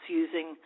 using